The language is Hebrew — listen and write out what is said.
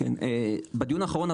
בדיון האחרון,